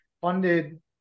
funded